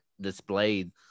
displayed